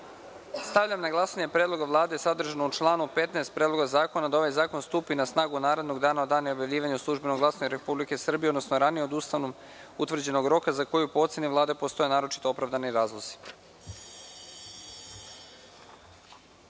amandman. Stavljam na glasanje predlog Vlade sadržan u članu 15. Predloga zakona da ova zakon stupi na snagu narednog dana od dana objavljivanja u „Službenom glasniku Republike Srbije“, odnosno ranije od Ustavom utvrđenog roka za koji po oceni Vlade postoje naročito opravdani razlozi. Molim